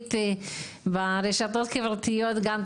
שמומחית ברשתות החברתיות גם,